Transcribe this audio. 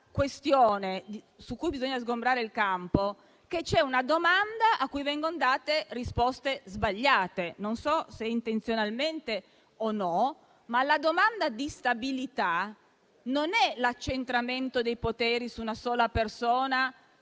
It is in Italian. L'altra questione su cui bisogna sgombrare il campo è che c'è una domanda a cui vengono date risposte sbagliate, non so se intenzionalmente o meno. La domanda di stabilità non sta nell'accentramento dei poteri in una sola persona,